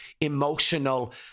emotional